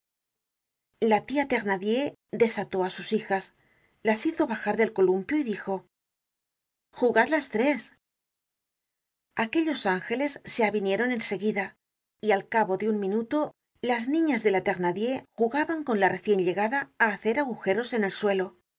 la tia thenardier desató á sus hijas las hizo bajar del columpio y dijo jugad las tres aquellos ángeles se avinieron en seguida y al cabo de un minuto las niñas de la thenardier jugaban con la recien llegada á hacer agujeros en el suelo